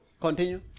Continue